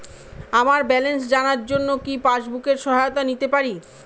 আমার ব্যালেন্স জানার জন্য কি পাসবুকের সহায়তা নিতে পারি?